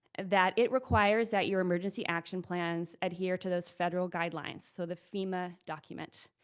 that it requires that your emergency action plans adhere to those federal guidelines. so the fema document.